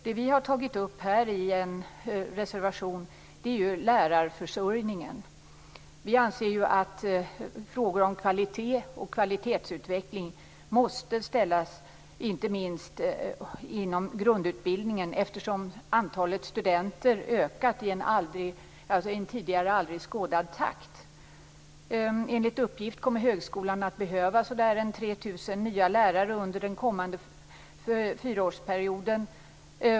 Det vi i Folkpartiet har tagit upp i en reservation är lärarförsörjningen. Vi anser att frågor om kvalitet och kvalitetsutveckling måste ställas inte minst inom grundutbildningen eftersom antalet studenter ökat i en tidigare aldrig skådad takt. Enligt uppgift kommer högskolan att behöva ca 3 000 nya lärare under den kommande fyraårsperioden.